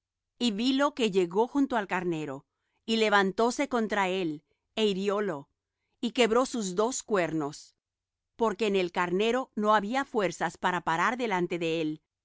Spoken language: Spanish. y vilo que llegó junto al carnero y levantóse contra él é hiriólo y quebró sus dos cuernos porque en el carnero no había fuerzas para parar delante de él